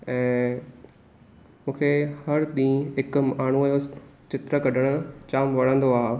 ऐं मूंखे हरु ॾींहुं हिकु माण्हूअ जो चित्र कढणु जामु वणंदो आहे